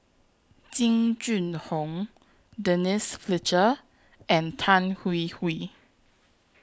Jing Jun Hong Denise Fletcher and Tan Hwee Hwee